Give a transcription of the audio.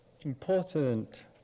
important